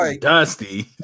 Dusty